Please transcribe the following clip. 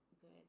good